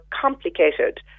complicated